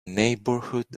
neighborhood